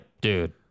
Dude